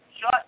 Shut